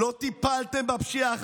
לא טיפלתם בפשיעה החקלאית.